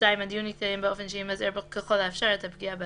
(2)הדיון יתקיים באופן שימזער ככל האפשר את הפגיעה באסיר,